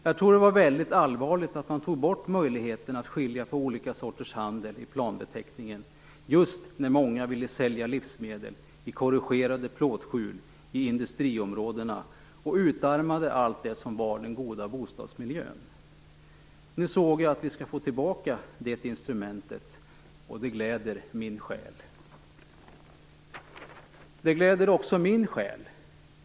Jag tror det var väldigt allvarligt att man tog bort möjligheten att skilja på olika sorters handel i planbeteckningen - just när många ville sälja livsmedel i korrugerade plåtskjul i industriområdena och utarmade allt det som var den goda bostadsmiljön. Nu såg jag att vi ska få tillbaka det instrumentet - och det gläder min själ!" Det gläder också min själ.